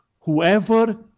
Whoever